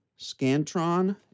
Scantron